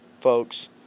folks